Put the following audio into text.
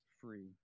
free